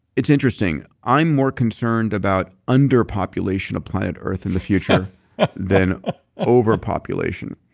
it's interesting. i'm more concerned about under population of planet earth in the future than overpopulation.